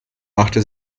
machte